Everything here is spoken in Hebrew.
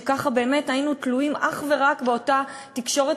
שככה באמת היינו תלויים אך ורק באותה תקשורת